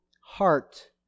heart